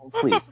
please